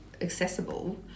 accessible